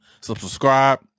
subscribe